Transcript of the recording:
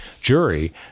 jury